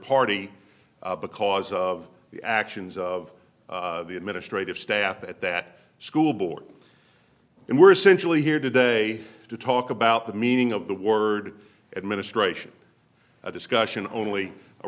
party because of the actions of the administrative staff at that school board and were essentially here today to talk about the meaning of the word administration a discussion only a